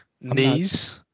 Knees